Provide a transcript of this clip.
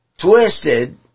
twisted